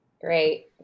Great